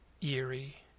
eerie